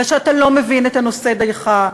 ושאתה לא מבין את הנושא דייך.